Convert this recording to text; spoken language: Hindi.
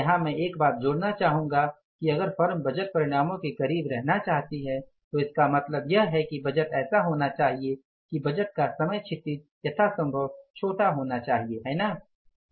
यहां मैं एक बात जोड़ना चाहूंगा कि अगर फर्म बजट परिणामों के करीब रहना चाहती है तो इसका मतलब यह है कि बजट ऐसा होना चाहिए कि बजट का समय क्षितिज यथासंभव छोटा होना चाहिए है ना